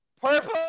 purple